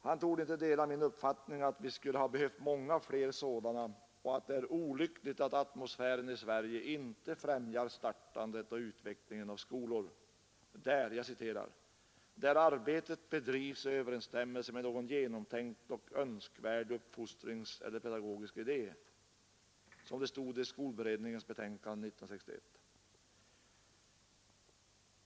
Han torde inte dela min uppfattning att vi skulle ha behövt många fler sådana skolor och att det är olyckligt att atmosfären i Sverige inte främjar startandet och utvecklingen av skolor, ”där arbetet bedrivs i överensstämmelse med någon genomtänkt och önskvärd uppfostringseller pedagogisk idé”, som det stod i skolberedningens betänkande 1961.